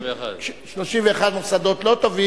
31. 31 מוסדות לא טובים,